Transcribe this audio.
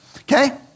okay